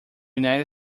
united